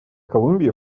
колумбии